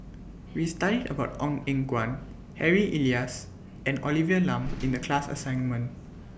We studied about Ong Eng Guan Harry Elias and Olivia Lum in The class assignment